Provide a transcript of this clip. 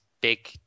big